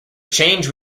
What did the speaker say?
change